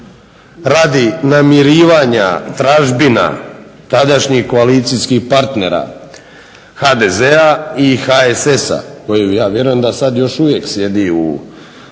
radi namirivanja tražbina tadašnjih koalicijskih partnera HDZ-a i HSS-a koje ja vjerujem da sad još uvijek sjedi u